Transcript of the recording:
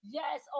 Yes